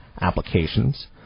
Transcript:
applications